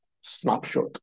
snapshot